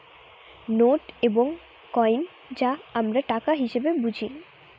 note এবং coin যা আমরা টাকা হিসেবে বুঝি